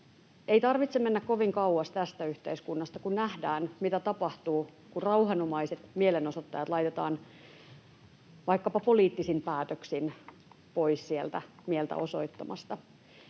Ei tarvitse mennä kovin kauas tästä yhteiskunnasta, kun nähdään, mitä tapahtuu, kun rauhanomaiset mielenosoittajat laitetaan vaikkapa poliittisin päätöksin pois sieltä mieltä osoittamasta.